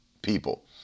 people